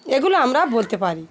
এগুলো আমরা বলতে পারি